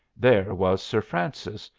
there was sir francis,